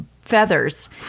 feathers